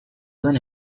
duen